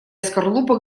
скорлупок